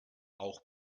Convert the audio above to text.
auch